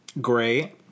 Great